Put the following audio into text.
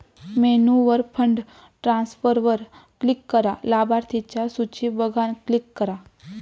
मेन्यूवर फंड ट्रांसफरवर क्लिक करा, लाभार्थिंच्या सुची बघान क्लिक करा